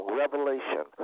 revelation